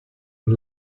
and